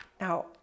Now